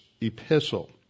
epistle